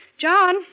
John